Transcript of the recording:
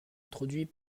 introduits